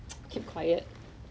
对他有兴趣 lah